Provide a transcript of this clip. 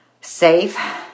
Safe